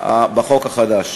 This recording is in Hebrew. בחוק החדש.